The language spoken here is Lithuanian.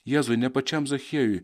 jėzui ne pačiam zachiejui